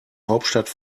hauptstadt